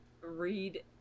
read